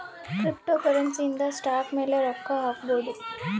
cryptocurrency ಇಂದ stock ಮೇಲೆ ರೊಕ್ಕ ಹಾಕ್ಬೊದು